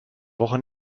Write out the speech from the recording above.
woche